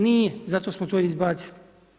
Nije, zato smo to i izbacili.